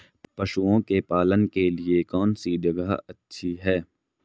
पशुओं के पालन के लिए कौनसी जगह अच्छी है?